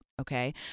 Okay